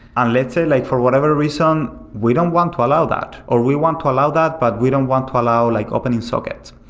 ah let's say like for whatever reason, we don't want to allow that, or we want to allow that, but we don't want to allow like opening sockets.